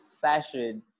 fashion